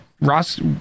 Ross